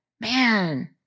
man